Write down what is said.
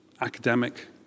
academic